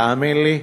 תאמין לי,